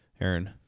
Aaron